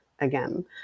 again